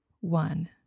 one